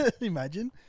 Imagine